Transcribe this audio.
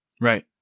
Right